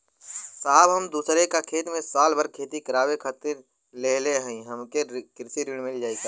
साहब हम दूसरे क खेत साल भर खेती करावे खातिर लेहले हई हमके कृषि ऋण मिल जाई का?